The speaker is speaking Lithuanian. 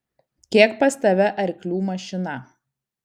kiek pas tave arklių mašina